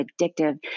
addictive